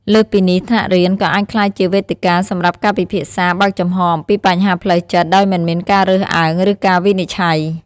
លើសពីនេះ ថ្នាក់រៀនក៏អាចក្លាយជាវេទិកាសម្រាប់ការពិភាក្សាបើកចំហអំពីបញ្ហាផ្លូវចិត្តដោយមិនមានការរើសអើងឬការវិនិច្ឆ័យ។